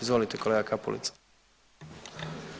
Izvolite kolega Kapulica.